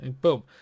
Boom